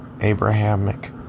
Abrahamic